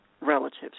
relatives